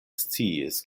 sciis